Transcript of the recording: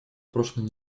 прошлой